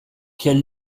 quel